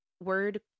word